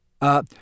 Uh